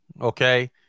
okay